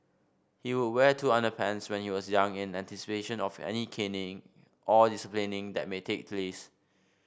he would wear two underpants when he was young in anticipation of any caning or disciplining that may take place